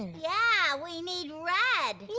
yeah, we need red. yeah.